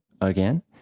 again